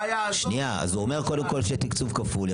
מה יעזור --- הוא קודם כול אומר שיהיה תקציב כפול.